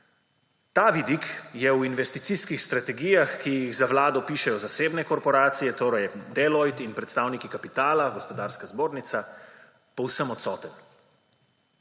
Ta vidik je v investicijskih strategijah, ki jih za Vlado pišejo zasebne korporacije, torej Deloitte in predstavniki kapitala, Gospodarska zbornica, povsem odsoten.